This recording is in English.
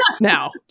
now